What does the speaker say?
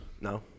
No